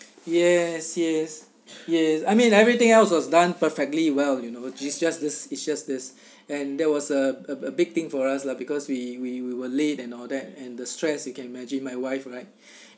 yes yes yes I meant everything else was done perfectly well you know it just this it just this and there was a a big thing for us lah because we we we were late and all that and the stress you can imagine my wife alright